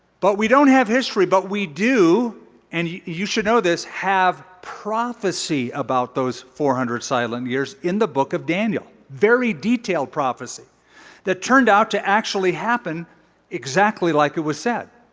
but we don't have history. but we do and you you should know this have prophecy about those four hundred silent years in the book of daniel. very detailed prophecy that turned out to actually happen exactly like it was said.